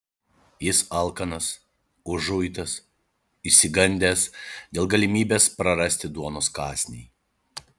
jis alkanas užuitas išsigandęs dėl galimybės prarasti duonos kąsnį